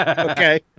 Okay